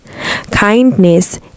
kindness